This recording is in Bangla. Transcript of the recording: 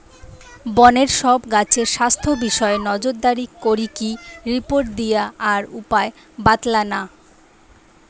বনের সব গাছের স্বাস্থ্য বিষয়ে নজরদারি করিকি রিপোর্ট দিয়া আর উপায় বাৎলানা